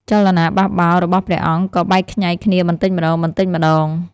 ចលនាបះបោររបស់ព្រះអង្គក៏បែកខ្ញែកគ្នាបន្តិចម្ដងៗ។